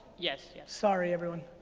yes, yes. sorry everyone.